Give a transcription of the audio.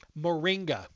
moringa